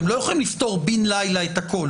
אתם לא יכולים לפתור בין לילה את הכול